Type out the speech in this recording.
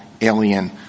alien